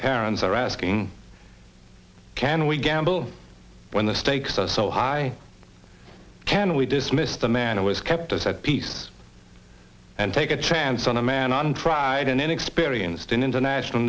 parents are asking can we gamble when the stakes are so high can we dismiss the man who has kept us at peace and take a chance on a man untried and inexperienced in international